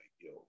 yo